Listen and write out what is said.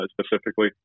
specifically